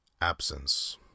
Absence